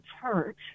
church